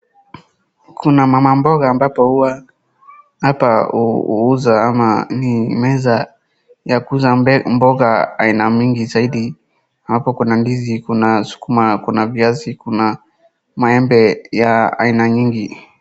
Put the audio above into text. Kuna mama mboga ambapo huwa hapa hu, huuza ama ni meza ya kuuza mbe, mboga aina mingi zaidi. Hapa kuna ndizi, kuna sukuma, kuna viazi, kuna maembe ya aina nyingi.